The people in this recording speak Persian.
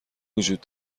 وجود